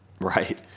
right